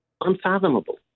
unfathomable